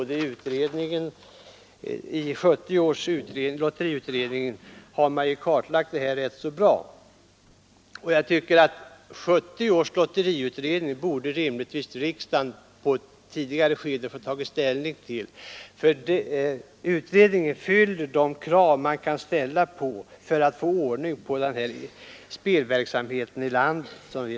Dessa förhållanden har kartlagts ganska bra av utredningen rörande tillsynen över lotteriverksamhet, som framlade sitt betänkande 1970. Jag tycker att riksdagen borde ha fått ta ställning till det betänkandet i ett tidigare skede. Det fyller de krav man kan ställa för att bringa ordning i den spelverksamhet vi har här i landet.